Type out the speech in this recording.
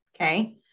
okay